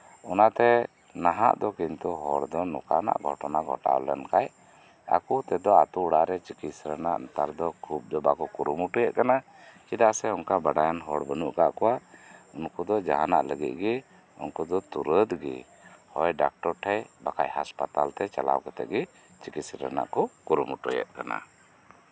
ᱚᱱᱟᱛᱮ ᱱᱟᱦᱟᱜ ᱫᱚ ᱠᱤᱱᱛᱩ ᱦᱚᱲ ᱫᱚ ᱱᱚᱝᱠᱟᱱᱟᱜ ᱜᱷᱚᱴᱚᱱᱟ ᱜᱷᱚᱴᱟᱣ ᱞᱮᱱᱠᱷᱟᱱ ᱟᱛᱳ ᱚᱲᱟᱜ ᱨᱮ ᱪᱤᱠᱤᱛᱥᱟ ᱨᱮᱱᱟᱜ ᱠᱷᱩᱵᱽ ᱜᱮ ᱵᱟᱠᱚ ᱠᱩᱨᱩᱢᱩᱴᱩᱭᱮᱫ ᱠᱟᱱᱟ ᱪᱮᱫᱟᱜ ᱥᱮ ᱚᱱᱠᱟᱱ ᱵᱟᱲᱟᱭᱟᱱ ᱦᱚᱲ ᱵᱟᱹᱱᱩᱜ ᱠᱟᱜ ᱠᱚᱣᱟ ᱩᱱᱠᱩ ᱫᱚ ᱡᱟᱸᱦᱟᱱᱟᱜ ᱞᱟᱹᱜᱤᱫ ᱜᱮ ᱩᱱᱩ ᱫᱚ ᱛᱩᱨᱟᱹᱫ ᱜᱮ ᱦᱚᱭ ᱰᱟᱠᱴᱚᱨ ᱴᱷᱮᱱ ᱵᱟᱠᱷᱟᱱ ᱦᱟᱥᱯᱟᱛᱟᱞ ᱛᱮ ᱪᱟᱞᱟᱣ ᱠᱟᱛᱮᱫ ᱜᱮ ᱪᱤᱠᱤᱛᱥᱟ ᱨᱮᱭᱟᱜ ᱠᱚ ᱠᱩᱨᱩᱢᱩᱴᱩᱭᱮᱫ ᱠᱟᱱᱟ